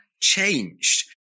changed